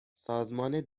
سازمان